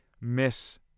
miss